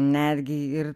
netgi ir